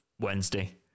Wednesday